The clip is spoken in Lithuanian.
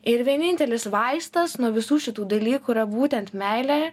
ir vienintelis vaistas nuo visų šitų dalykų yra būtent meilė